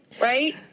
right